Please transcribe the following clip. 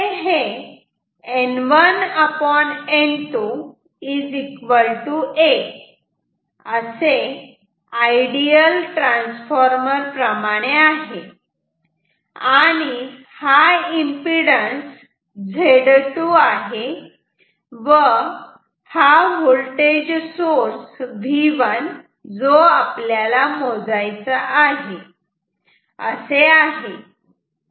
आपल्याकडे हे N1N 2 a असे आयडियल ट्रान्सफॉर्मर प्रमाणे आहे आणि हा एम्पिडन्स Z2 आहे व हा वोल्टेज सोर्स V1 जो आपल्याला मोजायचा आहे